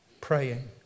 praying